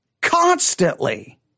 constantly